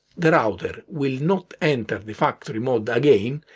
the router will not enter the factory mode again,